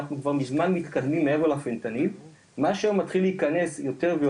אנחנו כבר מזמן מתקדמים מעבר לפנטניל,